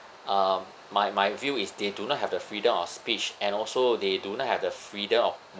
um my my view is they do not have the freedom of speech and also they do not have the freedom of